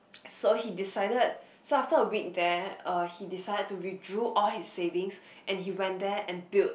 so he decided so after a week there uh he decided to withdrew all his savings and he went there and build